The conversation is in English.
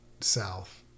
south